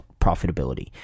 profitability